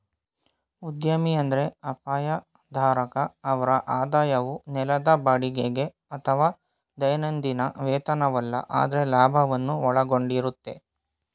ಉದ್ಯಮಿ ಎಂದ್ರೆ ಅಪಾಯ ಧಾರಕ ಅವ್ರ ಆದಾಯವು ನೆಲದ ಬಾಡಿಗೆಗೆ ಅಥವಾ ದೈನಂದಿನ ವೇತನವಲ್ಲ ಆದ್ರೆ ಲಾಭವನ್ನು ಒಳಗೊಂಡಿರುತ್ತೆ